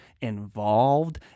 involved